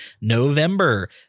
november